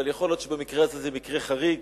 אבל יכול להיות שהמקרה הזה הוא מקרה חריג,